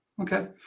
Okay